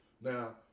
Now